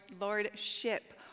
lordship